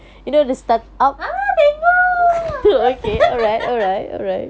ah tengok